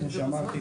כמו שאמרתי,